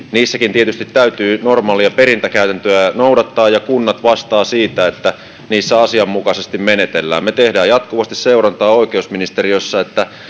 tietysti täytyy normaalia perintäkäytäntöä noudattaa ja kunnat vastaavat siitä että niissä asianmukaisesti menetellään me teemme jatkuvasti seurantaa oikeusministeriössä että